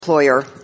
employer